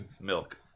Milk